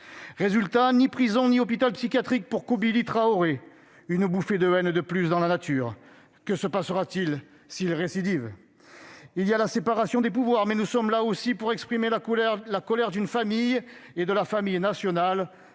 Résultat : ni prison ni hôpital psychiatrique pour Kobili Traoré ; une bouffée de haine de plus dans la nature. Que se passera-t-il s'il récidive ? Il y a la séparation des pouvoirs, mais nous sommes là aussi pour exprimer la colère d'une famille et de la famille nationale,